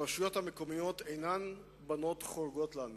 הרשויות המקומיות אינן בנות חורגות שלנו,